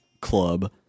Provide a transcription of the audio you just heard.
Club